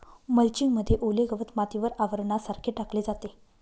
mulching मध्ये ओले गवत मातीवर आवरणासारखे टाकले जाते